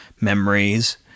memories